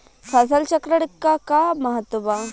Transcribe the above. फसल चक्रण क का महत्त्व बा?